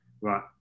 right